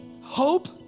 Hope